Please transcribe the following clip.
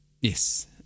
Yes